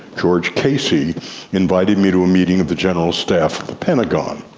george casey invited me to a meeting of the general staff of the pentagon,